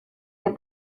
que